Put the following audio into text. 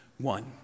one